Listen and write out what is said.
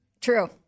True